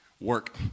work